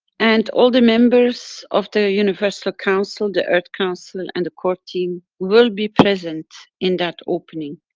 and all the members of the universal council, the earth council and the core team will be present in that opening.